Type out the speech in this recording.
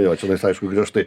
jo čianais aišku griežtai